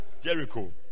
Jericho